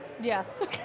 Yes